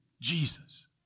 Jesus